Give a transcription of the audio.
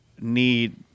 need